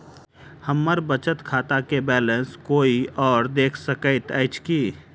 हम्मर बचत खाता केँ बैलेंस कोय आओर देख सकैत अछि की